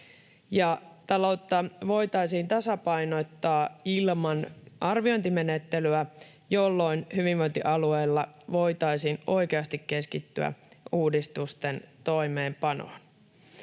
Taloutta voitaisiin tasapainottaa ilman arviointimenettelyä, jolloin hyvinvointialueilla voitaisiin oikeasti keskittyä uudistusten toimeenpanoon.